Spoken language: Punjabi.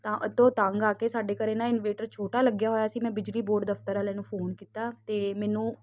ਤਾਂ ਤੰਗ ਆ ਕੇ ਸਾਡੇ ਘਰੇ ਨਾ ਇਨਵੇਟਰ ਛੋਟਾ ਲੱਗਿਆ ਹੋਇਆ ਸੀ ਮੈਂ ਬਿਜਲੀ ਬੋਰਡ ਦਫਤਰ ਵਾਲੇ ਨੂੰ ਫੋਨ ਕੀਤਾ ਤੇ ਮੈਨੂੰ